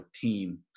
team